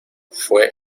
fue